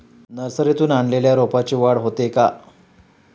नर्सरीतून आणलेल्या रोपाची वाढ होते का?